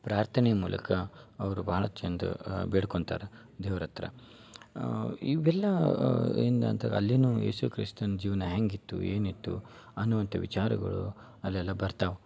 ಪ್ರಾರ್ಥನೆ ಮೂಲಕ ಅವರು ಬಹಳ ಚಂದ್ ಬೇಡ್ಕೊಂತಾರ ದೇವ್ರ ಹತ್ರ ಇವೆಲ್ಲ ಏನ್ದಂತ ಅಲ್ಲಿನೂ ಏಸು ಕ್ರಿಸ್ತನ ಜೀವನ ಹೇಗಿತ್ತು ಏನಿತ್ತು ಅನ್ನುವಂಥ ವಿಚಾರಗಳು ಅಲ್ಲೆಲ್ಲ ಬರ್ತಾವ